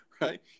Right